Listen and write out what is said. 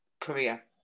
career